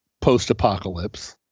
post-apocalypse